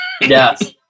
Yes